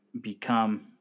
become